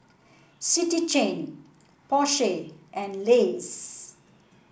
City Chain Porsche and Lays